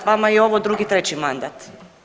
Vama je ovo, drugi, treći mandat.